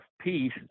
peace